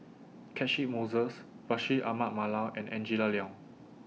Catchick Moses Bashir Ahmad Mallal and Angela Liong